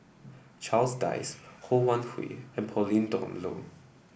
Charles Dyce Ho Wan Hui and Pauline Dawn Loh